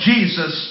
Jesus